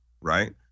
Right